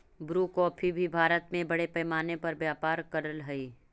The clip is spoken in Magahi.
ब्रू कॉफी भी भारत में बड़े पैमाने पर व्यापार करअ हई